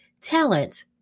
talent